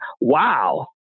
Wow